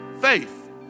Faith